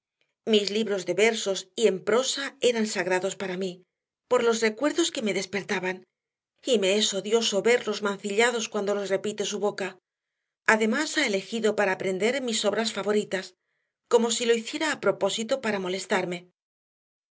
mis libros de versos y en prosa eran sagrados para mí por los recuerdos que me despertaban y me es odioso verlos mancillados cuando los repite su boca además ha elegido para aprender mis obras favoritas como si lo hiciera a propósito para molestarme